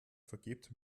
vergebt